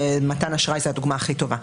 מתן אשראי זו הדוגמה הכי טובה,